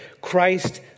Christ